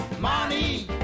Money